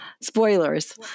spoilers